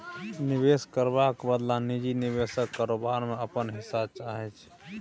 निबेश करबाक बदला निजी निबेशक कारोबार मे अपन हिस्सा चाहै छै